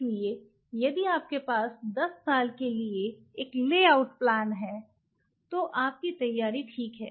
इसलिए यदि आपके पास 10 साल के लिए ले आउट प्लान है तो आप की तैयारी ठीक है